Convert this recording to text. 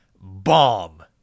bomb